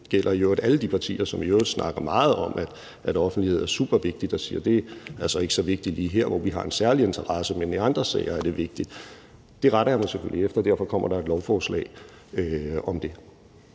det gælder alle de partier, som i øvrigt snakker meget om, at offentlighed er supervigtigt. Det er så ikke så vigtigt lige her, hvor vi har en særlig interesse, men i andre sager er det vigtigt. Det retter jeg mig selvfølgelig efter. Derfor kommer der et lovforslag om det.